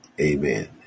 Amen